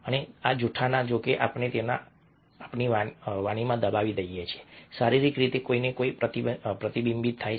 અને આ જૂઠાણાં જો કે આપણે તેને આપણી વાણીમાં દબાવી દઈએ છીએ શારીરિક રીતે કોઈને કોઈ રીતે પ્રતિબિંબિત થાય છે